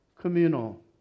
communal